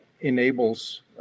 enables